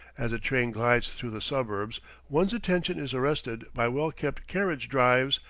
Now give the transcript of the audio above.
as the train glides through the suburbs one's attention is arrested by well-kept carriage-drives,